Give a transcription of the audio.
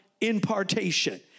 impartation